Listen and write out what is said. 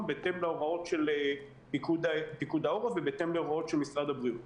בהתאם להוראות פיקוד העורף ובהתאם להוראות משרד הבריאות